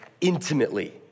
intimately